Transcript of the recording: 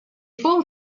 full